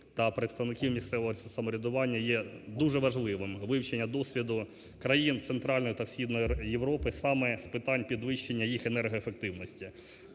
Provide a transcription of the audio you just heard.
та представників місцевого самоврядування є дуже важливим вивчення досвіду країн Центральної та Східної Європи саме з питань підвищення їх енергоефективності.